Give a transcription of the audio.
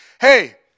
hey